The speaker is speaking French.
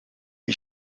est